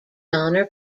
donner